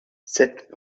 sept